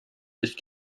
sich